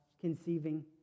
conceiving